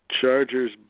Chargers